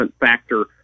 factor